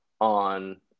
on